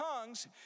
tongues